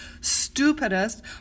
stupidest